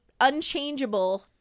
unchangeable